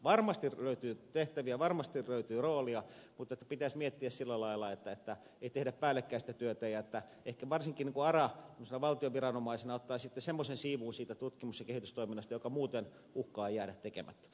varmasti löytyy tehtäviä varmasti löytyy rooleja mutta pitäisi miettiä sillä lailla että ei tehdä päällekkäistä työtä ja ehkä varsinkin ara valtion viranomaisena ottaisi semmoisen siivun siitä tutkimus ja kehitystoiminnasta joka muuten uhkaa jäädä tekemättä